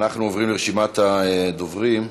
אנחנו עוברים לרשימת הדוברים.